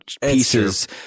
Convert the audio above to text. pieces